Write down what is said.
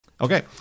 Okay